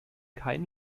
kein